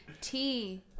Tea